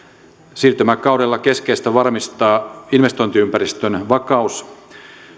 siirtymäkaudella keskeistä varmistaa investointiympäristön vakaus